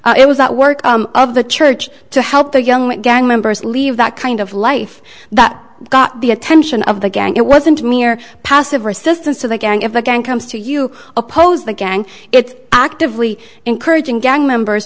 it was that work of the church to help the young men gang members leave that kind of life that got the attention of the gang it wasn't me or passive resistance to the gang if a gang comes to you oppose the gang it's actively encouraging gang members